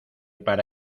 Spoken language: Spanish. para